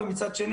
ומצד שני,